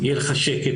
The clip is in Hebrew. יהיה לך שקט,